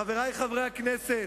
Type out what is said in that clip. חברי חברי הכנסת,